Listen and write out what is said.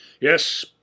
Yes